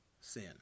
sin